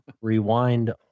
rewind